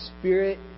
spirit